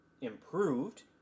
improved